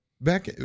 back